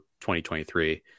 2023